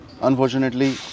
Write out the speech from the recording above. Unfortunately